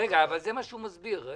עד עכשיו שמסתכמות